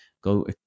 Go